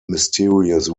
mysterious